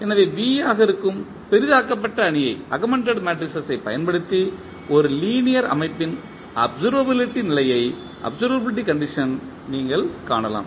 எனவே V ஆக இருக்கும் பெரிதாக்கப்பட்ட அணிகளைப் பயன்படுத்தி ஒரு லீனியர் அமைப்பின் அப்சர்வபிலிட்டி நிலையை நீங்கள் காணலாம்